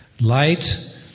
light